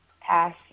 Pass